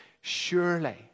surely